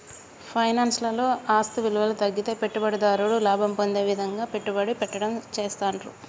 finance లలో ఆస్తి విలువ తగ్గితే పెట్టుబడిదారుడు లాభం పొందే విధంగా పెట్టుబడి పెట్టడం చేస్తాండ్రు